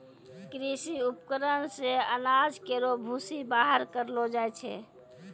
कृषि उपकरण से अनाज केरो भूसी बाहर करलो जाय छै